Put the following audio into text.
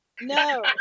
No